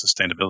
sustainability